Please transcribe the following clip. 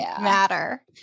matter